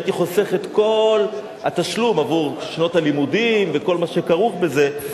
הייתי חוסך את כל התשלום עבור שנות הלימודים וכל מה שכרוך בזה.